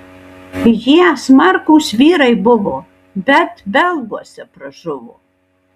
jie smarkūs vyrai buvo bet belguose pražuvo